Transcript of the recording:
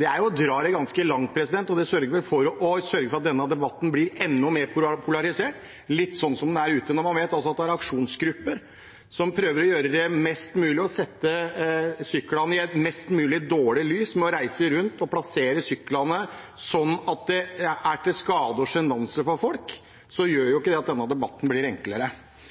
er det å dra det ganske langt. Det gjør at denne debatten blir enda mer polarisert – litt slik som den er ute. Når man vet at det er aksjonsgrupper som prøver å sette syklene i et mest mulig dårlig lys ved å reise rundt og plassere dem slik at de er til skade og sjenanse for folk, gjør